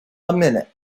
minute